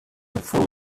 full